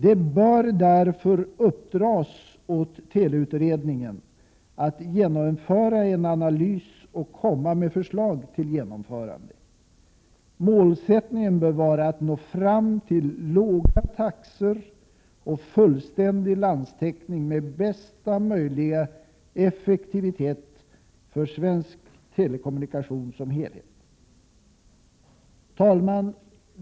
Det bör därför uppdragas åt teleutredningen att genomföra en analys och komma med förslag till genomförande. Målsättningen bör vara att nå fram till låga taxor och fullständig landstäckning med bästa möjliga effektivitet för svensk telekommunikation som helhet. Herr talman!